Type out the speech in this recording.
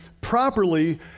properly